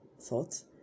thought